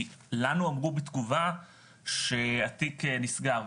לנו אמרו בתגובה שהתיק נסגר.